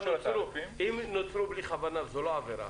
אם נוצרו בלי כוונה זו לא עבירה.